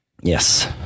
Yes